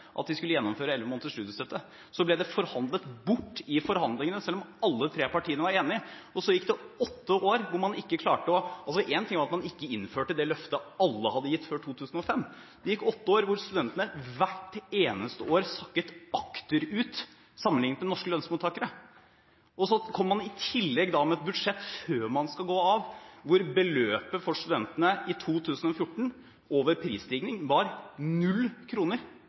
at de skulle gjennomføre 11 måneders studiestøtte. Så ble det forhandlet bort i forhandlingene, selv om alle tre partiene var enig. Og så gikk det åtte år hvor man ikke klarte det. Én ting er at man ikke innførte det løftet alle hadde gitt før 2005, det gikk åtte år hvor studentene hvert eneste år sakket akterut sammenliknet med norske lønnsmottakere, og så kommer man i tillegg med et budsjett før man skal gå av, hvor beløpet for studentene i 2014 over prisstigning var null kroner